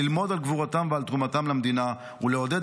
ללמוד על גבורתם ועל תרומתם למדינה ולעודד